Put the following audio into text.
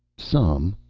some.